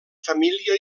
família